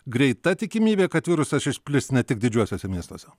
greita tikimybė kad virusas išplis ne tik didžiuosiuose miestuose